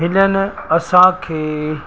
हिननि असांखे